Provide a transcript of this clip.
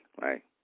right